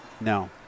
No